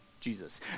Jesus